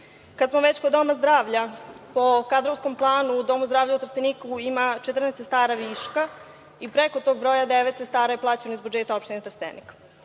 smo već kod doma zdravlja, po kadrovskom planu, u Domu zdravlja u Trsteniku ima 14 sestara viška i preko tog broja devet sestara je plaćeno iz budžeta opštine Trstenik.